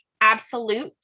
absolute